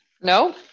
No